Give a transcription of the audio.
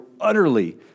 utterly